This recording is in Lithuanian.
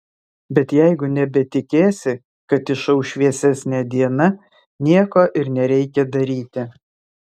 bet jeigu nebetikėsi kad išauš šviesesnė diena nieko ir nereikia daryti